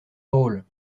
drôle